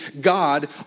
God